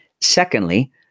Secondly